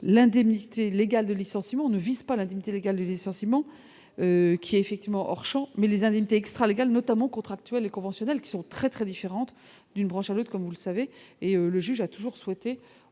l'indemnité légale de licenciement ne vise pas la dignité légale de licenciement qui effectivement hors Champ mais les indemnités extra-légales notamment contractuelle et conventionnelle, qui sont très très différentes d'une branche à l'autre comme vous le savez, et le juge a toujours souhaité